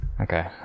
Okay